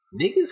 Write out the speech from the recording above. niggas